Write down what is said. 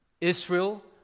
Israel